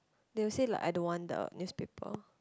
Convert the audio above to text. they will say like I don't want the newspaper